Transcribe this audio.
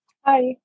Hi